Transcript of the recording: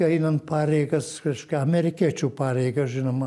einant pareigas reiškia amerikiečių pareigas žinoma